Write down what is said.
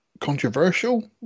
controversial